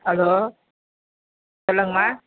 hello சொல்லுங்கம்மா